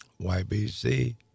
YBC